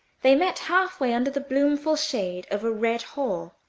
they met halfway, under the bloomful shade of a red haw.